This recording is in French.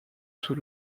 sous